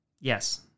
Yes